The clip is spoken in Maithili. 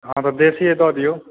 हाँ तऽ देसिये दए दियौ